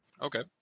Okay